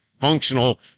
Functional